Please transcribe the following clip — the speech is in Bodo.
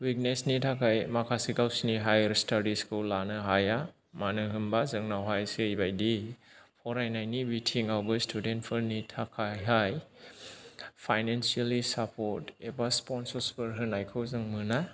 विकनेसनि थाखाय माखासे गावसिनि हायार स्टाडिसखौ लानो हाया मानोहोनबा जोंनावहाय जैबादि फरायनायनि बिथिङावबो स्टुडेन्टपोरनि थाखायहाय पाइनेनसियेलि सापर्ट एबा स्पनसर्सफोर होनायखौ जों मोना